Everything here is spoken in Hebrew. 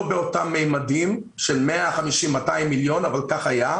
לא באותם ממדים של 200-150 מיליון אבל כך היה.